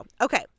okay